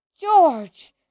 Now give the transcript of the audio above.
George